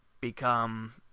become